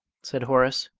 said horace.